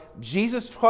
Jesus